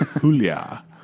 Julia